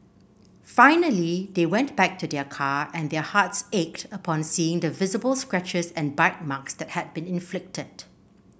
finally they went back to their car and their hearts ached upon seeing the visible scratches and bite marks that had been inflicted